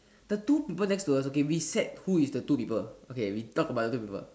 the two people next to us okay we sat okay who is the two people okay we talk about the two people